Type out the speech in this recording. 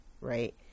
right